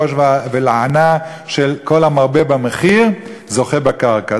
ראש ולענה של כל המרבה במחיר זוכה בקרקע.